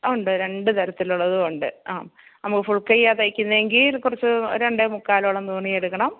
ഉണ്ട് രണ്ട് തരത്തിലുള്ളതുമുണ്ട് ആ നമുക്ക് ഫുൾ കൈയ്യാ തയ്ക്കുന്നതെങ്കില് കുറച്ച് രണ്ടേമുക്കാലോളം തുണിയെടുക്കണം